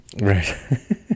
Right